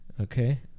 Okay